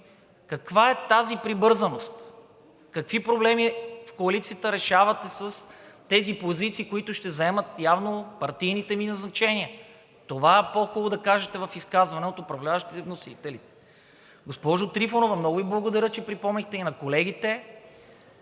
Каква е тази прибързаност? Какви проблеми в коалицията решавате с тези позиции, които явно ще заемат партийните Ви назначения? Това е хубаво да се каже в изказване от управляващите и от вносителите. Госпожо Трифонова, много Ви благодаря, че припомнихте на колегите